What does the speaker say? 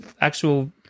actual